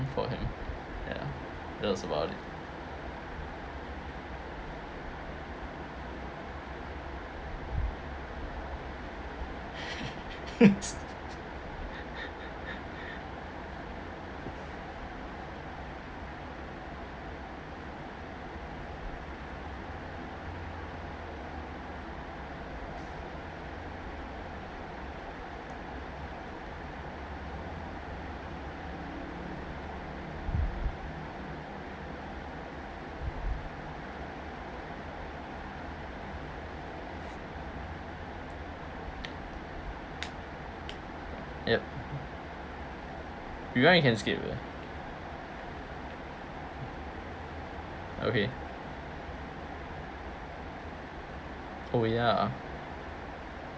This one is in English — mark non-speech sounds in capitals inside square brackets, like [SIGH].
for him ya that was about it [LAUGHS] yup you want you can skip eh okay oh ya